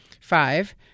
Five